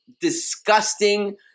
disgusting